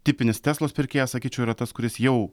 tipinis teslos pirkėjas sakyčiau yra tas kuris jau